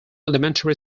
elementary